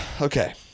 Okay